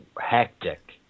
hectic